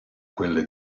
quelle